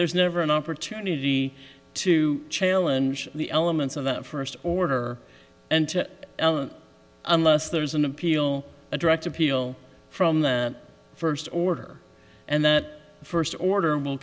there's never an opportunity to challenge the elements of the first order and to ella unless there is an appeal a direct appeal from the first order and that first order will